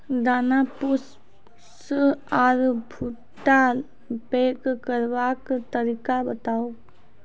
दाना पुष्ट आर भूट्टा पैग करबाक तरीका बताऊ?